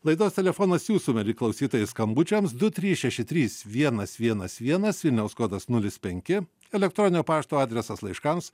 laidos telefonas jūsų mieli klausytojai skambučiams du trys šeši trys vienas vienas vienas vilniaus kodas nulis penki elektroninio pašto adresas laiškams